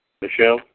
Michelle